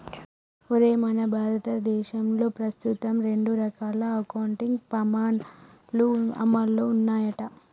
ఒరేయ్ మన భారతదేశంలో ప్రస్తుతం రెండు రకాల అకౌంటింగ్ పమాణాలు అమల్లో ఉన్నాయంట